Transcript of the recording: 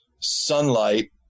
sunlight